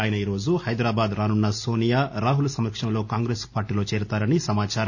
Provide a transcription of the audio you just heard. ఆయన ఈ రోజు హైదరాబాద్ రానున్స నోనియా రాహుల్ సమక్షంలో కాంగ్రెస్ పార్టీలో చేరతారని సమాచారం